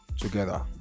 together